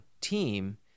team